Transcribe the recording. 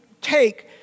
take